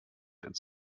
ins